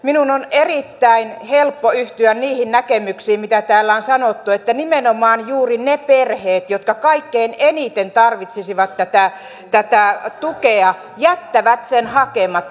minun on erittäin helppo yhtyä niihin näkemyksiin mitä täällä on sanottu että nimenomaan juuri ne perheet jotka kaikkein eniten tarvitsisivat tätä tukea jättävät sen hakematta